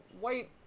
white